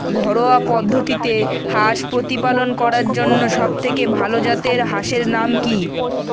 ঘরোয়া পদ্ধতিতে হাঁস প্রতিপালন করার জন্য সবথেকে ভাল জাতের হাঁসের নাম কি?